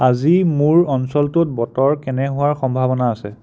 আজি মোৰ অঞ্চলটোত বতৰ কেনে হোৱাৰ সম্ভাৱনা আছে